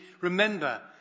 remember